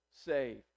saved